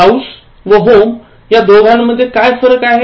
house व home या दोघांमध्ये काय फरक आहे